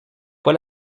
pas